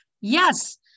Yes